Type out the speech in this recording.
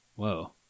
whoa